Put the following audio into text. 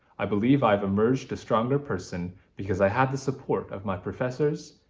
i believe i've emerged a stronger person because i had the support of my professors,